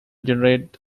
generate